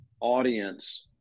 audience